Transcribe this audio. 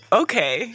okay